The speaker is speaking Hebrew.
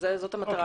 זאת המטרה שלנו.